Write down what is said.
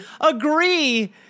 agree